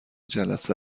جلسه